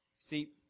See